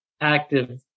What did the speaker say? active